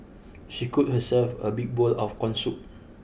she scooped herself a big bowl of corn soup